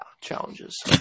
challenges